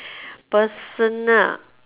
personal